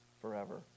forever